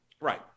Right